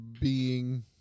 being-